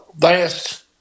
last